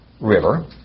River